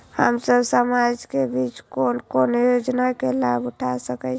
हम सब समाज के बीच कोन कोन योजना के लाभ उठा सके छी?